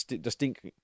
distinct